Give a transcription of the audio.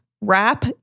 wrap